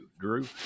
Drew